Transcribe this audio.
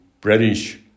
British